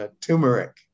turmeric